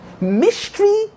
Mystery